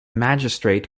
magistrate